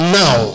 now